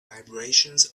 vibrations